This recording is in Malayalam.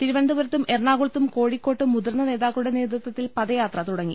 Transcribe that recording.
തിരുവനന്തപുരത്തും എറ ണാകുളത്തും കോഴിക്കോട്ടും മുതിർന്ന നേതാക്കളുടെ നേതൃ ത്വത്തിൽ പദയാത്ര തുടങ്ങി